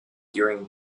during